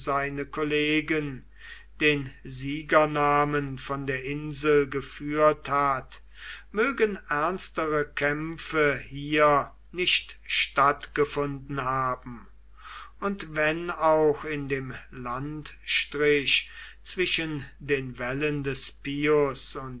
seine kollegen den siegernamen von der insel geführt hat mögen ernstere kämpfe hier nicht stattgefunden haben und wenn auch in dem landstrich zwischen den wällen des pius